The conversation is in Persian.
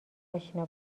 اشنا